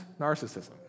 narcissism